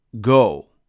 Go